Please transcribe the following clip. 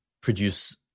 produce